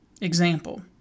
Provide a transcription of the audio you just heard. example